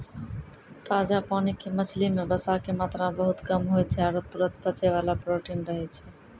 ताजा पानी के मछली मॅ वसा के मात्रा बहुत कम होय छै आरो तुरत पचै वाला प्रोटीन रहै छै